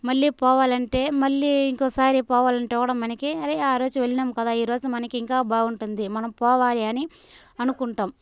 మళ్ళీ పోవాలంటే మళ్ళీ ఇంకోసారి పోవాలంటే కూడా మనకి అరె ఆ రోజు వెళ్ళినాము కదా ఈ రోజు మనకింకా బాగుంటుంది మనం పోవాలి అని అనుకుంటాం